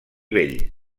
vell